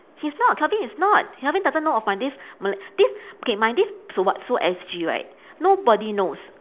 he's not calvin he's not calvin doesn't know of my this mal~ this okay my this Sulwhasoo S_G right nobody knows